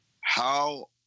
How-